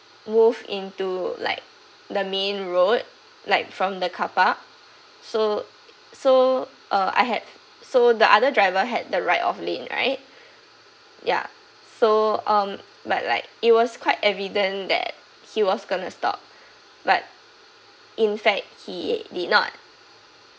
move into like the main road like from the carpark so so uh I had so the other driver had the right of lane right ya so um but like it was quite evident that he was gonna stop but in fact he did not